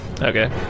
Okay